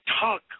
talk